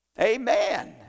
Amen